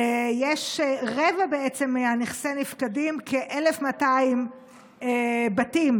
בעצם רבע מנכסי נפקדים, כ-1,200 בתים,